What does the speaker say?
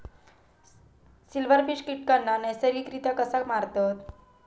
Silverfish कीटकांना नैसर्गिकरित्या कसा मारतत?